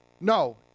No